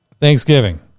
Thanksgiving